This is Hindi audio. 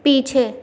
पीछे